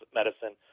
medicine